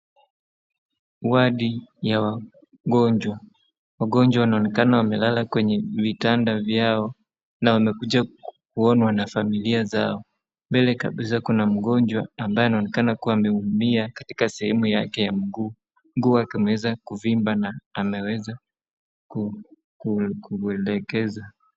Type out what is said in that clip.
Wadi ya wagonjwa, wagonjwa wanaonekana wamelala kwenye vitanda vyao na wamekuja kuonwa na familia zao. Mbele kabisa kuna mgonjwa ambaye anaonekana kuwa ameumia katika sehemu yake ya mguu, mguu wake umeweza kuvimba na ameweza kumwedekeza.